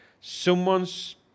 someone's